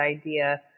idea